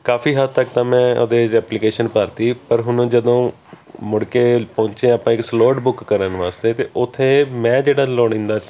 ਕਾਫ਼ੀ ਹੱਦ ਤੱਕ ਤਾਂ ਮੈਂ ਉਹਦੇ 'ਚ ਐਪਲੀਕੇਸ਼ਨ ਭਰਤੀ ਪਰ ਹੁਣ ਜਦੋਂ ਮੁੜ ਕੇ ਪਹੁੰਚੇ ਹਾਂ ਆਪਾਂ ਇੱਕ ਸਲੋਟ ਬੁੱਕ ਕਰਨ ਵਾਸਤੇ ਤਾਂ ਉੱਥੇ ਮੈਂ ਜਿਹੜਾ ਲੋੜੀਂਦਾ